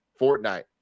Fortnite